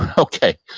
okay.